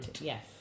Yes